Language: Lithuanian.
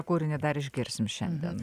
kūrinį dar išgirsim šiandien